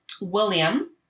William